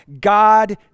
God